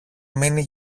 μείνει